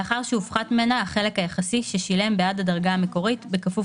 לאחר שהופחת ממנה החלק היחסי ששילם בעד הדרגה המקורית בכפוף